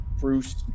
Bruce